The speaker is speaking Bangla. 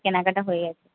কেনাকাটা হয়ে গিয়েছে